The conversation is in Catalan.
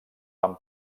van